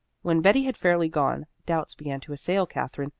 when betty had fairly gone, doubts began to assail katherine,